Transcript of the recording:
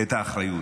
את האחריות.